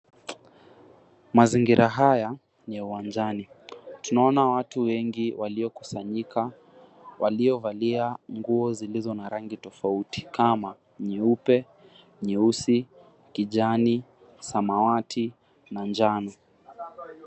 Mazingira haya ni ya uwanjani. Tunaona watu wengi waliokusanyika waliovalia nguo zilizo na rangi tofauti kama nyeupe, nyeusi, kijani, samawati na njano.